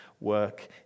work